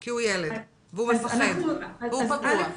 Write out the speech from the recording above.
כי הוא ילד והוא מפחד והוא פגוע.